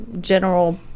general